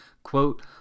Quote